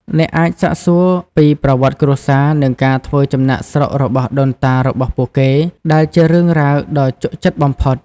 អ្នកអាចសាកសួរពីប្រវត្តិគ្រួសារ និងការធ្វើចំណាកស្រុករបស់ដូនតារបស់ពួកគេ ដែលជារឿងរ៉ាវដ៏ជក់ចិត្តបំផុត។